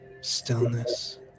stillness